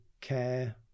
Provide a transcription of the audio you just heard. care